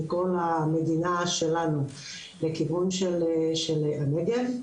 מכל המדינה שלנו לכיוון של הנגב.